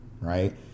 right